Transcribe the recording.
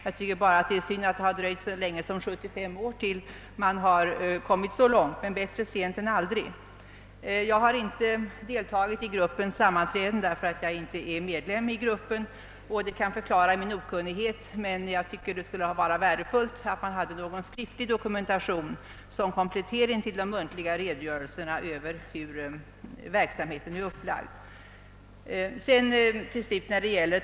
Det är bara synd att det har dröjt så länge som 75 år innan man kommit så långt. Men bättre sent än aldrig. Jag har inte deltagit i interparlamentariska gruppens sammanträden beroende på att jag inte är medlem i gruppen, och det kan förklara min okunnighet. Jag tycker emellertid att det skulle vara värdefullt att som komplement till de muntliga redogörelserna ha tillgång till en skriftlig dokumentation över hur verksamheten är upplagd.